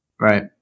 right